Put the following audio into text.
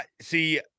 see